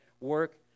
work